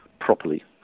properly